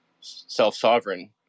self-sovereign